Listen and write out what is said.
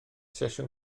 sesiwn